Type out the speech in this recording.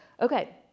Okay